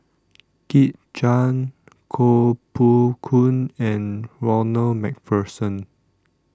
Kit Chan Koh Poh Koon and Ronald MacPherson